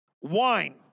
wine